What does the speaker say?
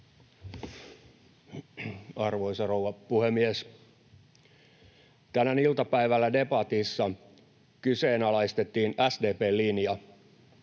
Arvoisa rouva puhemies! Tänään iltapäivällä debatissa kyseenalaistettiin SDP:n linja.